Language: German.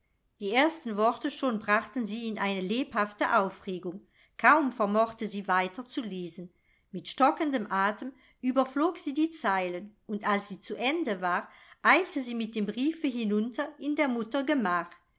die ersten worte schon brachten sie in eine lebhafte aufregung kaum vermochte sie weiter zu lesen mit stockendem atem überflog sie die zeilen und als sie zu ende war eilte sie mit dem briefe hinunter in der mutter gemach